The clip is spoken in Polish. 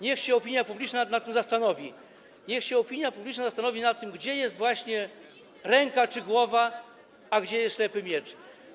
Niech się opinia publiczna nad tym zastanowi, niech się opinia publiczna zastanowi nad tym, gdzie jest właśnie ręka czy głowa, a gdzie jest ślepy miecz.